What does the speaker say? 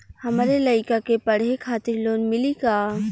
हमरे लयिका के पढ़े खातिर लोन मिलि का?